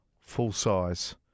full-size